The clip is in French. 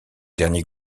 dernier